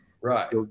Right